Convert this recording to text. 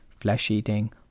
flesh-eating